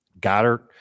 Goddard